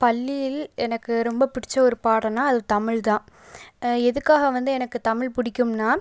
பள்ளியில் எனக்கு ரொம்ப பிடிச்ச ஒரு பாடம்ன்னா அது தமிழ் தான் எதுக்காக வந்து எனக்கு தமிழ் பிடிக்கும்னா